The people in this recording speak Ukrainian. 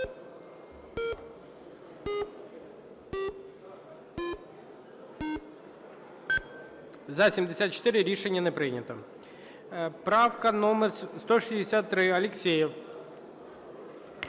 За-74 Рішення не прийнято. Правка номер 163, Алєксєєв.